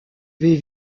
vais